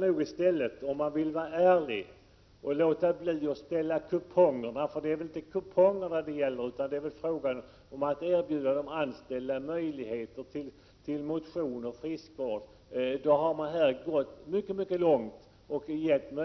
Det är väl ändå inte kupongerna som är huvudsaken, utan det är att erbjuda de anställda möjlighet till motion och friskvård. Om man vill vara ärlig, måste man väl inse att utskottet har